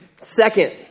Second